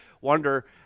wonder